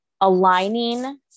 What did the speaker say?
aligning